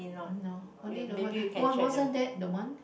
no only the wasn't that the one